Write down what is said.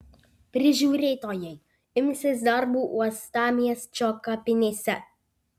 prižiūrėtojai imsis darbų uostamiesčio kapinėse